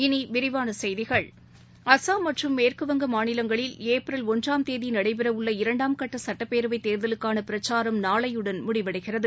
இனிவிரிவானசெய்திகள் அசாம் மற்றும் மேற்குவங்க மாநிலங்களில் ஏப்ரல் ஒன்றாம் தேதிநடைபெறஉள்ள இரண்டாம் கட்டசட்டப் பேரவைத் தேர்தலுக்கானபிரச்சாரம் நாளையுடன் முடிவடைகிறது